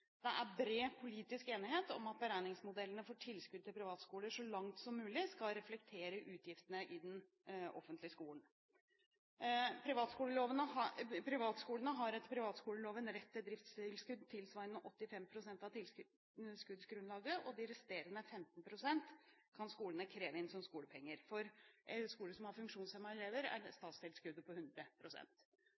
Det er bred politisk enighet om at beregningsmodellene for tilskudd til privatskoler så langt som mulig skal reflektere utgiftene i den offentlige skolen. Privatskolene har etter privatskoleloven rett til driftstilskudd tilsvarende 85 pst. av tilskuddsgrunnlaget. De resterende 15 pst. kan skolene kreve inn som skolepenger. For skoler som har funksjonshemmede elever, er statstilskuddet på